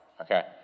okay